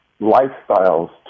lifestyles